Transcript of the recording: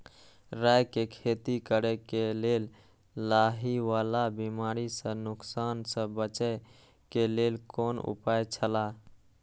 राय के खेती करे के लेल लाहि वाला बिमारी स नुकसान स बचे के लेल कोन उपाय छला?